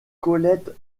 colette